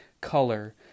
color